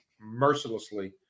Mercilessly